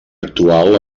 actual